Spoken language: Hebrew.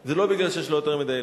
זה לא בגלל שיש לו יותר מדי ילדים.